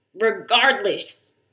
regardless